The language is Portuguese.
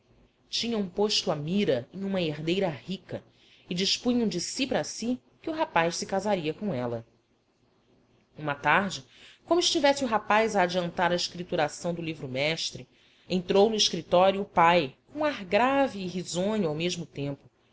consentir tinham posto a mira em uma herdeira rica e dispunham de si para si que o rapaz se casaria com ela uma tarde como estivesse o rapaz a adiantar a escrituração do livro mestre entrou no escritório o pai com ar grave e risonho ao mesmo tempo